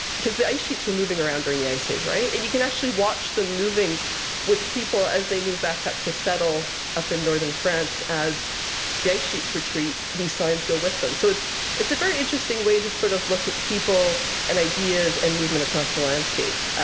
because the ice sheets are moving around during the ice age, right? and you can actually watch them moving with people as they move back up to settle, up in northern france. as the ice sheets retreat, these signs go with them. so it's it's a very interesting way to sort of look at people and ideas and movement across the landscape.